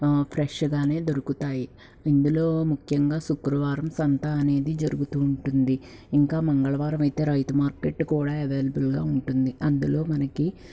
ఫ్రెష్గానే దొరుకుతాయి ఇందులో ముఖ్యంగా శుక్రవారం సంత అనేది జరుగుతూ ఉంటుంది ఇంకా మంగళవారం అయితే రైతు మార్కెట్ కూడా అవైలబుల్గా ఉంటుంది అందులో మనకి